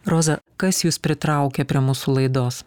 roza kas jus pritraukė prie mūsų laidos